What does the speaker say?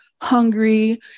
hungry